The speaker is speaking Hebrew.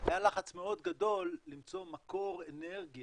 היה לחץ מאוד גדול למצוא מקור אנרגיה